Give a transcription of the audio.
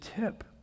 tip